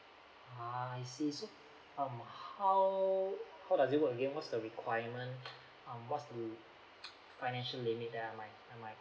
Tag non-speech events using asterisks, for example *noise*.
ha I see so um how how does it work again what's the requirement um what's the um *noise* financial limit that I might I might